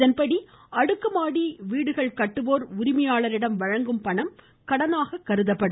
இதன்படி அடுக்குமாடிவீடு கட்டுவோர் உரிமையாளரிடம் வழங்கும் பணம் கடனாக கருதப்படும்